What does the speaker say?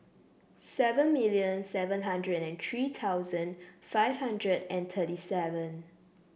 seven million seven hundred and three thousand five hundred and thirty seven